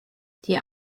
die